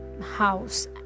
house